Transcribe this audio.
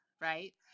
right